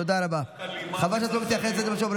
את רוצה שאני אוריד אותך?